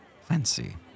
fancy